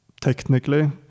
technically